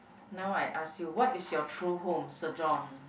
now I ask you what is your true home surgeon